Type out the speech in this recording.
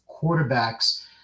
quarterbacks